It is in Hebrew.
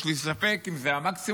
יש לי ספק אם זה המקסימום,